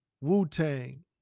Wu-Tang